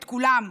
את כולם,